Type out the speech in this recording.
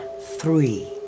Three